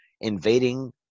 invading